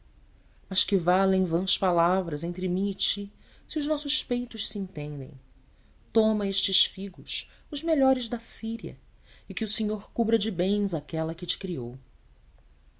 mas que valem vãs palavras entre mim e ti se os nossos peitos se entendem toma estes figos os melhores da síria e que o senhor cubra de bens aquela que te criou